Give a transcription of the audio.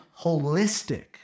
holistic